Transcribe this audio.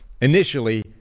initially